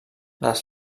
les